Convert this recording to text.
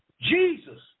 jesus